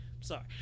Sorry